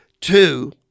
Two